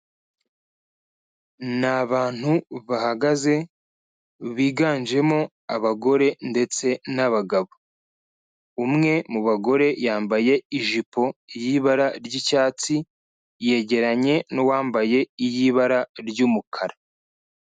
Ni abantu bahagaze, biganjemo abagore ndetse n'abagabo. Umwe mu bagore yambaye ijipo y'ibara ry'icyatsi, yegeranye n'uwambaye iy'ibara ry'umukara.